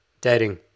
dating